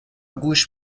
گوش